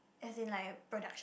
as in like production